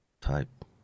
type